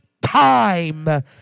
time